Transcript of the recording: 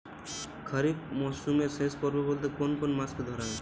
খরিপ মরসুমের শেষ পর্ব বলতে কোন কোন মাস কে ধরা হয়?